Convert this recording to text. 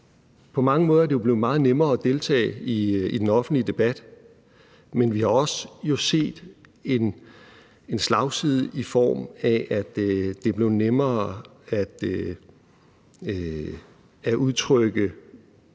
På mange måder er det jo blevet meget nemmere at deltage i den offentlige debat, men vi har jo også set en slagside, i form af at det er blevet nemmere at udtrykke